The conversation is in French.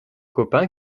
copain